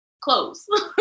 clothes